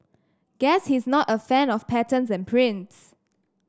guess he's not a fan of patterns and prints